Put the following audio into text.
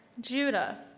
Judah